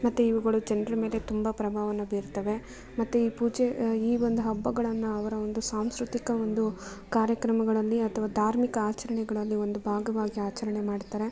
ಮತ್ತು ಇವುಗಳು ಜನ್ರ ಮೇಲೆ ತುಂಬ ಪ್ರಭಾವವನ್ನು ಬೀರ್ತವೆ ಮತ್ತು ಈ ಪೂಜೆ ಈ ಒಂದು ಹಬ್ಬಗಳನ್ನು ಅವರ ಒಂದು ಸಾಂಸ್ಕೃತಿಕ ಒಂದು ಕಾರ್ಯಕ್ರಮಗಳಲ್ಲಿ ಅಥವಾ ಧಾರ್ಮಿಕ ಆಚರಣೆಗಳಲ್ಲಿ ಒಂದು ಭಾಗವಾಗಿ ಆಚರಣೆ ಮಾಡ್ತಾರೆ